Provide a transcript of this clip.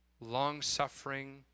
long-suffering